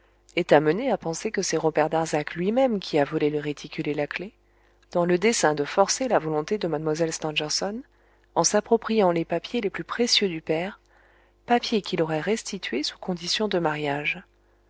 est amené à penser que c'est robert darzac lui-même qui a volé le réticule et la clef dans le dessein de forcer la volonté de mlle stangerson en s'appropriant les papiers les plus précieux du père papiers qu'il aurait restitués sous condition de mariage